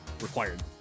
required